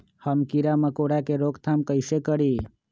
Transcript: हम किरा मकोरा के रोक थाम कईसे करी?